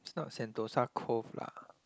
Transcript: it's not Sentosa Cove lah